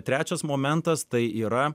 trečias momentas tai yra